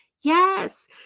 Yes